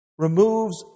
removes